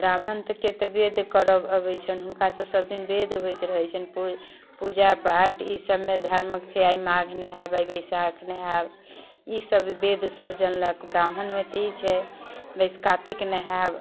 ब्राह्मण एतेकके वेद करय अबैत छनि हुनका तऽ सभदिन वेद होइत रहैत छनि पूजा पाठ ई सभमे धर्मक छै माघ नहायब आइ वैशाख नहायब ईसभ वेदसभ जानलक ब्राह्मणमे तऽ ई छै बेस कार्तिक नहायब